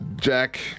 jack